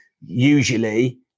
usually